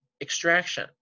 Extraction